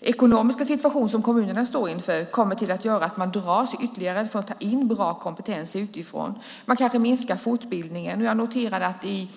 ekonomiska situation som kommunerna står inför kommer att göra att de drar sig ytterligare för att ta in bra kompetens utifrån. De kanske minskar fortbildningen. Jag noterar att i